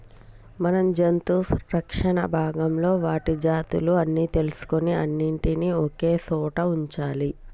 మనం జంతు రక్షణ భాగంలో వాటి జాతులు అన్ని తెలుసుకొని అన్నిటినీ ఒకే సోట వుంచాలి